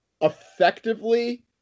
effectively